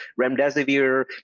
remdesivir